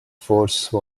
force